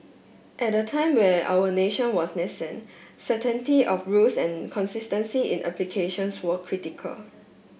at a time where our nation was nascent certainty of rules and consistency in applications were critical